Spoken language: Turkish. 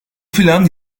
plan